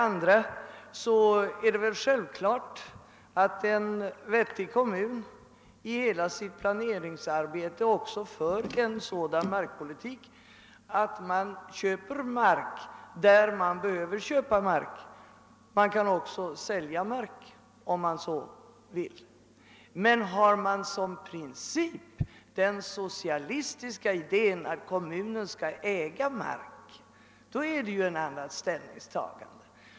Vidare är det väl självklart att en vettig kommun i sitt planeringsarbete också för en sådan markpolitik att den köper mark där den behöver köpa mark; kommunen kan också sälja mark om den så vill. Men har man som princip den socialistiska idén att kommunen skall äga marken blir det ett annat ställningstagande.